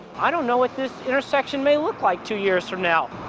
i don't know what this intersection may look like two years from now.